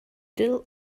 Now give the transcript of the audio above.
still